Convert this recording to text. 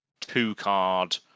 two-card